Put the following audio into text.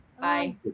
Bye